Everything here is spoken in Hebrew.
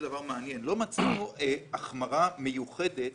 החמרה מיוחדת